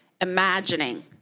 imagining